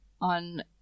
On